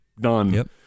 done